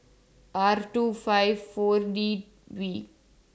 R two five four D V